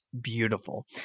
beautiful